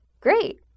great